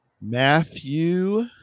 Matthew